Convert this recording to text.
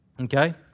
Okay